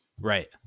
Right